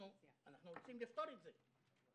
אנחנו רוצים לפתור את זה.